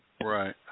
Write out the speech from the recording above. Right